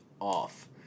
off